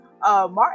Martin